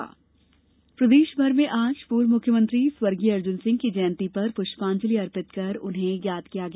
अर्जुन सिंह की जयंती प्रदेश भर में आज पूर्व मुख्यमंत्री स्वर्गीय अर्जुन सिंह की जयंती पर पुष्यांजलि अर्पित कर उन्हें याद किया गया